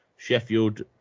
Sheffield